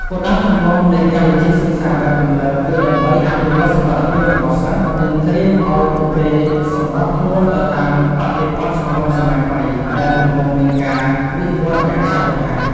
គោលដៅចម្បងនៃកម្មវិធីសិក្សាបែបទំនើបគឺដើម្បី អភិវឌ្ឍសមត្ថភាព របស់សិស្ស និង ត្រៀមឲ្យពួកគេសម្របខ្លួនទៅតាមបរិបទសង្គមសម័យថ្មី ដែលកំពុងមានការវិវឌ្ឍន៍យ៉ាងឆាប់រហ័ស។